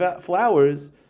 flowers